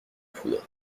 poudre